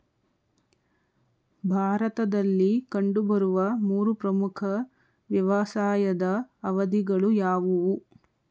ಭಾರತದಲ್ಲಿ ಕಂಡುಬರುವ ಮೂರು ಪ್ರಮುಖ ವ್ಯವಸಾಯದ ಅವಧಿಗಳು ಯಾವುವು?